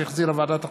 שהחזירה ועדת החוקה,